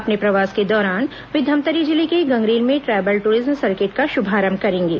अपने प्रवास के दौरान वे धमतरी जिले के गंगरेल में ट्रायबल टूरिज्म सर्किट का शुभारंभ करेंगे